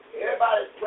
Everybody's